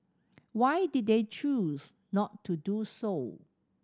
why did they choose not to do so